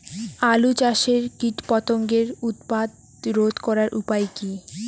আলু চাষের কীটপতঙ্গের উৎপাত রোধ করার উপায় কী?